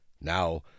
Now